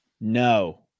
No